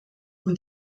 und